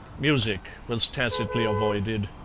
music was tacitly avoided.